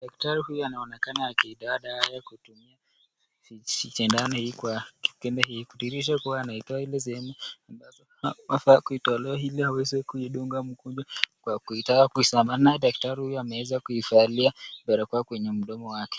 Daktari huyu anaonekana akiitoa dawa hio kutumia sindano hii mkebe hii akidhihira kuwa anaitoa ile sehemu ambazo anafaa kuitoa ili aweze kuidunga mgonjwa kwa kuitaka kuisambaa naye daktari huyu ameweza kuvalia barakoa kwenye mdomo wake.